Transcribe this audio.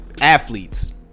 Athletes